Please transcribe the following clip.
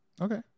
Okay